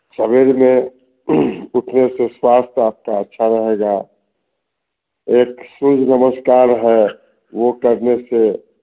सवेरे में उठने से स्वास्थ्य आपका अच्छा रहेगा एक सूर्य नमस्कार है वह करने से